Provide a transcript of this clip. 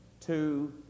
two